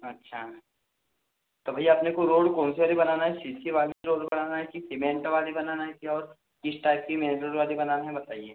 अच्छा तो भैया अपने को रोड कौन सी वाली बनाना है वाली रोड बनाना है कि सीमेंट वाली बनाना है कि और किस टाइप की मेन रोड वाली बनानी है बताइए